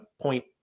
point